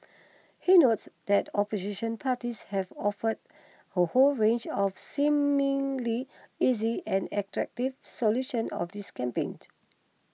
he notes that opposition parties have offered a whole range of seemingly easy and attractive solutions of this campaign